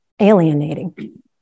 alienating